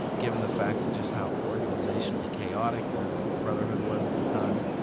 given the fact of just how organisationally chaotic the brotherhood was at the time.